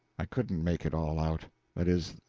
i couldn't make it all out that is,